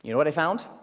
you know what i found?